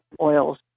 oils